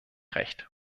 recht